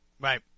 Right